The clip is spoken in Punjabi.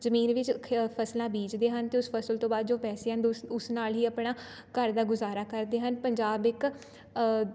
ਜ਼ਮੀਨ ਵਿੱਚ ਖ ਫਸਲਾਂ ਬੀਜਦੇ ਹਨ ਅਤੇ ਉਸ ਫਸਲ ਤੋਂ ਬਾਅਦ ਜੋ ਪੈਸੇ ਆਉਂਦੇ ਉਸ ਉਸ ਨਾਲ ਹੀ ਆਪਣਾ ਘਰ ਦਾ ਗੁਜ਼ਾਰਾ ਕਰਦੇ ਹਨ ਪੰਜਾਬ ਇੱਕ